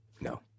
no